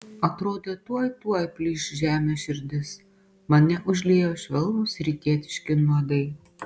atrodė tuoj tuoj plyš žemės širdis mane užliejo švelnūs rytietiški nuodai